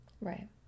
Right